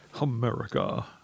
America